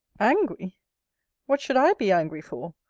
angry what should i be angry for?